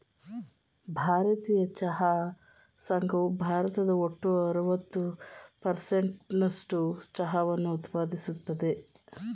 ಭಾರತೀಯ ಚಹಾ ಸಂಘವು ಭಾರತದ ಒಟ್ಟು ಅರವತ್ತು ಪರ್ಸೆಂಟ್ ನಸ್ಟು ಚಹಾವನ್ನ ಉತ್ಪಾದಿಸ್ತದೆ